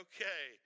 Okay